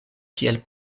kiel